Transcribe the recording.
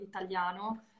italiano